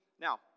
now